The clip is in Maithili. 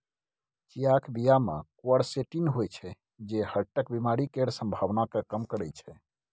चियाक बीया मे क्वरसेटीन होइ छै जे हार्टक बेमारी केर संभाबना केँ कम करय छै